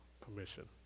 permission